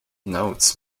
notes